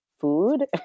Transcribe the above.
food